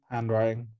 Handwriting